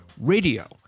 radio